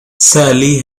sally